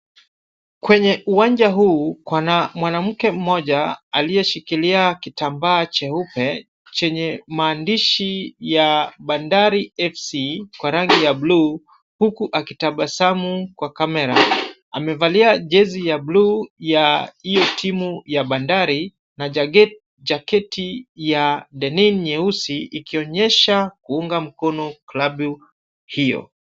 Kwenye uwanja huu kuna mwanamke mmoja aliyeshikilia kitambaa cheupe chenye maandishi ya Bandari FC kwa rangi ya bluu, huku akitabasamu kwa camera . Amevalia jezi ya bluu ya hiyo timu ya Bandari na jaketi ya denim nyeusi ikionyesha kuunga mkono klabu hiyo.